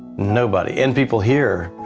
nobody. and people here,